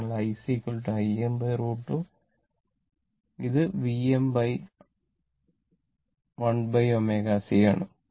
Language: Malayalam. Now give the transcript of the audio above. അതിനാൽ IC Im√ 2 ഇത് Vm1ω C ആണ്